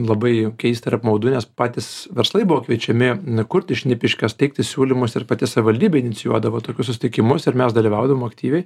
labai keista ir apmaudu nes patys verslai buvo kviečiami kurti šnipiškes teikti siūlymus ir pati savaldybė inicijuodavo tokius susitikimus ir mes dalyvaudavom aktyviai